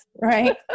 right